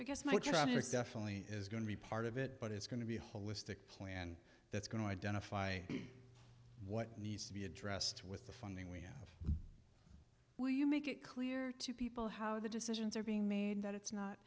i guess my tribe definitely is going to be part of it but it's going to be a holistic plan that's going to identify what needs to be addressed with the funding we have where you make it clear to people how the decisions are being made that it's not